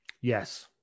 Yes